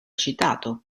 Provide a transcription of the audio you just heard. citato